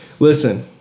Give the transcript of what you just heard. Listen